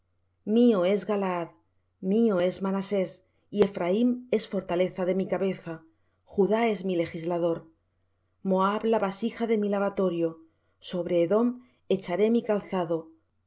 mío es galaad y mío es manasés y ephraim es la fortaleza de mi cabeza judá mi legislador moab la vasija de mi lavatorio sobre edom echaré mi